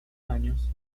años